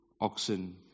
oxen